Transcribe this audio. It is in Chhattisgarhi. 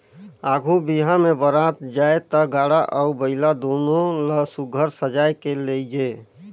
आघु बिहा मे बरात जाए ता गाड़ा अउ बइला दुनो ल सुग्घर सजाए के लेइजे